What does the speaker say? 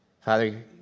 Father